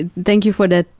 ah thank you for that.